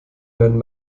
werden